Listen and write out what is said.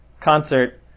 concert